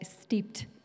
steeped